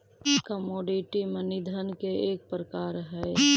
commodity money धन के एक प्रकार हई